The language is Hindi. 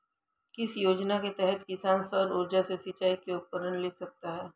किस योजना के तहत किसान सौर ऊर्जा से सिंचाई के उपकरण ले सकता है?